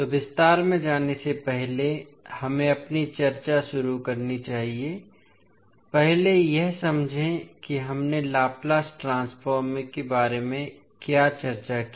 तो विस्तार में जाने से पहले हमें अपनी चर्चा शुरू करनी चाहिए पहले यह समझें कि हमने लाप्लास ट्रांसफॉर्म के बारे में क्या चर्चा की